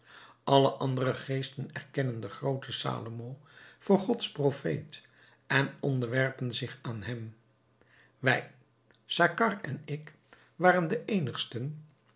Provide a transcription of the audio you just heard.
alle andere geesten erkennen den grooten salomo voor gods profeet en onderwerpen zich aan hem wij sacar en ik waren de eenigsten